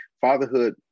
fatherhood